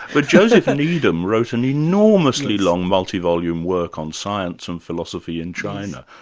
but joseph needham wrote an enormously long multi-volume work on science and philosophy in china.